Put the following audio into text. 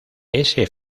ese